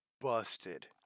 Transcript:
busted